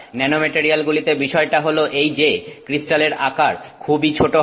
ন্যানোমেটারিয়ালগুলিতে বিষয়টা হলো এই যে ক্রিস্টালের আকার খুবই ছোট হয়